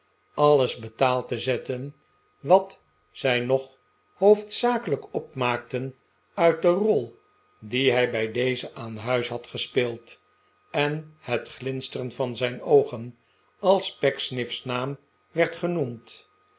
alles betaald te zetten wat zij nog hoof dzakelijk opmaakten uit de rol die hij bij dezen aan huis had gespeeld en het glinsteren van zijn oogen als pecksniff's naam werd genoemd